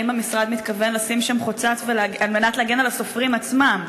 האם המשרד מתכוון לשים שם חוצץ על מנת להגן על הסופרים עצמם,